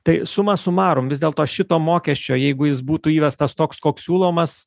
tai suma sumarum vis dėlto šito mokesčio jeigu jis būtų įvestas toks koks siūlomas